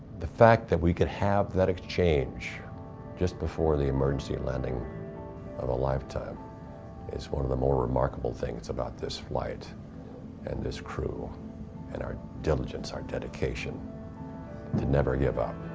the fact that we could have that exchange just before the emergency landing of a lifetime is one of the more remarkable things about this flight and this crew and our diligence, our dedication to never give up.